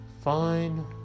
Fine